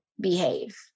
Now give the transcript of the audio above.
behave